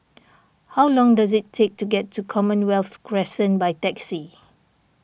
how long does it take to get to Commonwealth Crescent by taxi